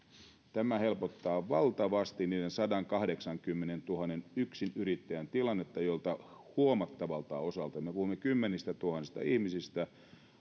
tehneet helpottaa valtavasti niiden sadankahdeksankymmenentuhannen yksinyrittäjän tilannetta joista huomattavalta osalta me me puhumme kymmenistätuhansista ihmisistä